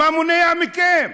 מה מונע מכם?